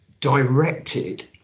directed